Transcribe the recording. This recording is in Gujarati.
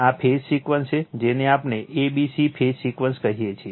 આ ફેઝ સિક્વન્સ છે જેને આપણે a b c phase sequence કહીએ છીએ